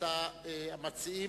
נאמר ברצינות,